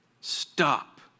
Stop